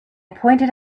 pointed